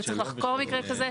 וצריך לחקור מקרה כזה,